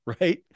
right